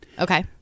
Okay